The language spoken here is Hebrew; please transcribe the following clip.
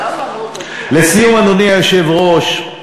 לסיום, אדוני היושב-ראש,